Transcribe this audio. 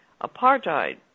apartheid